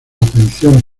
atención